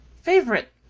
favorite